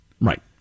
Right